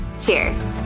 cheers